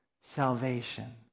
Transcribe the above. salvation